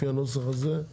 לפי הנוסח הזה,